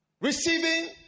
receiving